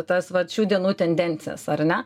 tas vat šių dienų tendencijas ar ne